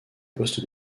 poste